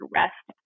rest